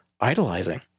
idolizing